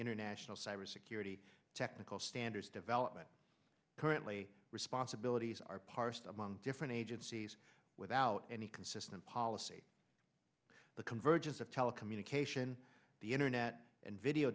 international cybersecurity technical standards development currently responsibilities are parsed among different agencies without any consistent policy the convergence of telecommunication the internet and video